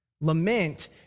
Lament